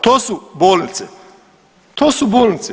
To su bolnice, to su bolnice.